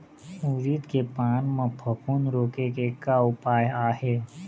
उरीद के पान म फफूंद रोके के का उपाय आहे?